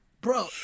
bro